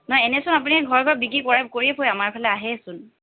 নাই এনে চোন আপুনি ঘৰে ঘৰে বিক্ৰী কৰে কৰিয়ে ফুৰে আমাৰ ফালে আহেচোন